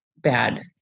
bad